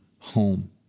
Home